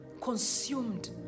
consumed